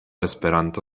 esperanto